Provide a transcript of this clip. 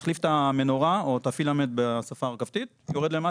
מחליף את המנורה או הפילמנט בשפה הרכבתית ויורד למטה.